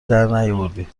درنیاوردی